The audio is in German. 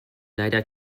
leider